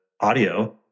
audio